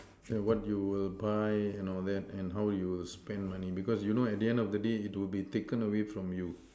yeah what you will buy and all that and how you will spend money because you know at the end of the day it will be taken from you